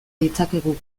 ditzakegu